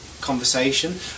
conversation